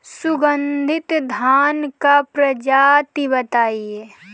सुगन्धित धान क प्रजाति बताई?